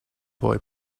boy